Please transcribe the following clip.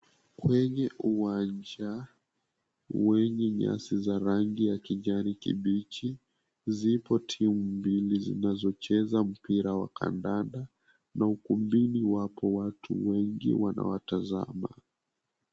Kwenye uwanja wenye nyasi za rangi ya kijani kibichi, zipo timu mbili zinazocheza mpira wa kandanda na ukumbini wapo watu wengi wanawatazama.